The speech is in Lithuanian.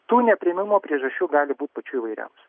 tų nepriėmimo priežasčių gali būt pačių įvairiausių